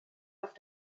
auf